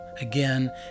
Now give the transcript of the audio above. again